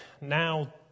now